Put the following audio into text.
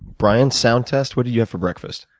bryan, sound test. what did you have for breakfast?